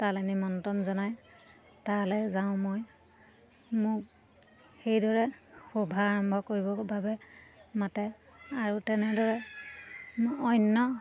তালৈ নিমন্ত্ৰণ জনায় তালৈ যাওঁ মই মোক সেইদৰে শোভাৰম্ভ কৰিবৰ বাবে মাতে আৰু তেনেদৰে অন্য